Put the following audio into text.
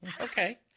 Okay